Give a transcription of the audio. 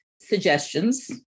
suggestions